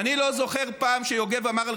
אני לא זוכר פעם שיוגב אמר,